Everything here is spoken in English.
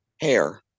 hair